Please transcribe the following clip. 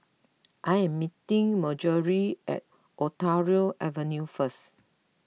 I am meeting Marjorie at Ontario Avenue first